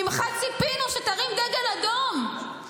ממך ציפינו שתרים דגל אדום,